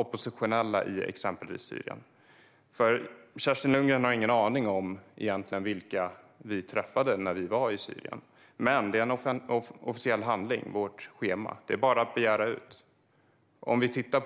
oppositionella i Syrien. Kerstin Lundgren har ingen aning om vilka vi träffade när vi var i Syrien. Men vårt schema är en offentlig handling, så det är bara att begära ut det.